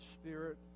Spirit